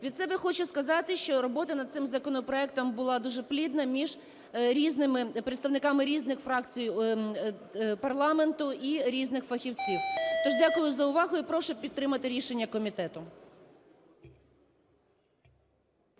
Від себе хочу сказати, що робота над цим законопроектом була дуже плідна між представниками різних фракцій парламенту і різних фахівців. Тож дякую за увагу і прошу підтримати рішення комітету.